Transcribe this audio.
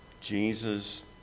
Jesus